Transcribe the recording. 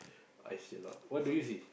I see a lot what do you see